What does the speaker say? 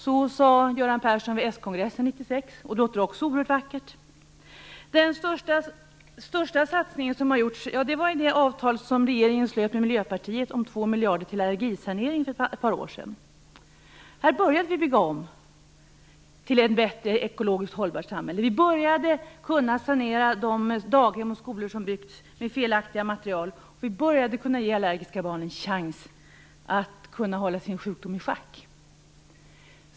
Så sade Göran Persson vid skongressen 1996. Det låter också oerhört vackert. Den största satsning som har gjort var det avtal som regeringen slöt med Miljöpartiet om 2 miljarder kronor till miljösanering för ett par år sedan. Vi började att bygga om till ett bättre och ekologiskt hållbart samhälle. Vi började att kunna sanera de daghem och skolor som hade byggts med felaktiga material. Vi började att kunna ge allergiska barn en chans att hålla sjukdomen i schack.